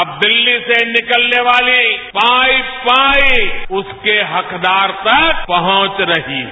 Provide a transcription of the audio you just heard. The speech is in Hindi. अब दिल्ली से निकलने वाली पाई पाई उसके हकदार तक पहुंच रही है